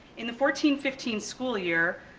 in the fourteen fifteen school year,